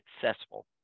successful